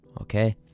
okay